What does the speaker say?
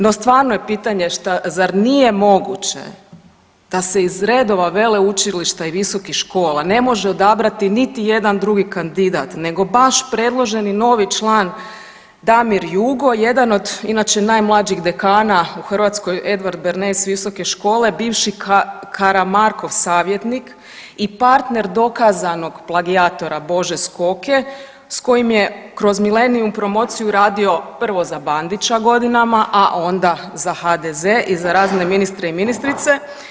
No stvarno je pitanje šta, zar nije moguće da se iz redova veleučilišta i visokih škola ne može odabrati niti jedan drugi kandidat nego baš predloženi novi član Damir Jugo, jedan od inače najmlađih dekana u Hrvatskoj Edward Bernays s visoke škole, bivši Karamarkov savjetnik i partner dokazanog plagijatora Bože Skoke s kojim je kroz Millenium promociju radio prvo za Bandića godinama, a onda za HDZ i za razne ministre i ministrice.